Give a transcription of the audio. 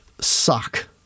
suck